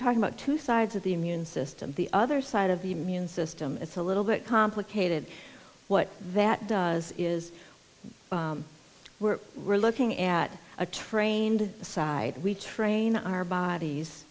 talking about two sides of the immune system the other side of the mean system it's a little bit complicated what that does is we're we're looking at a trained side we train our bodies